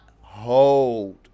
hold